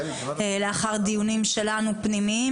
לאחר דיונים פנימיים שלנו.